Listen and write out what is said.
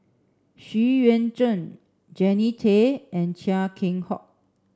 Xu Yuan Zhen Jannie Tay and Chia Keng Hock